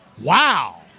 Wow